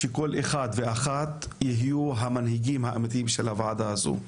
שכל אחד ואחת יהיו המנהיגים האמיתיים של הוועדה הזאת.